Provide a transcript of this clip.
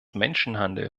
menschenhandel